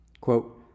Quote